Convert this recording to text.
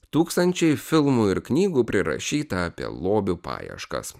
tūkstančiai filmų ir knygų prirašyta apie lobių paieškas